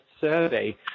survey